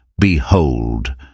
Behold